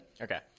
okay